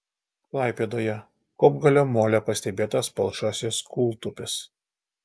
klaipėdoje kopgalio mole pastebėtas palšasis kūltupis